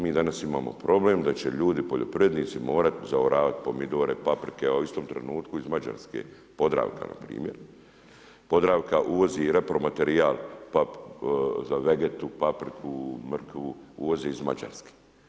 Mi danas imamo problem da će ljudi, poljoprivrednici morati … pomidore, paprike a u istom trenutku iz Mađarske, Podravka npr. Podravka uvozi i repromaterijal pa za vegetu, papriku, mrkvu, uvozi iz Mađarske.